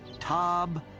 tom.